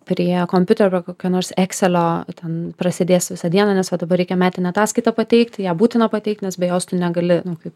prie kompiuterio kokio nors ekselio ten prasėdės visą dieną nes va dabar reikia metinę ataskaitą pateikt ją būtina pateikt nes be jos tu negali kaip